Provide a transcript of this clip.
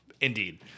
Indeed